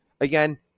again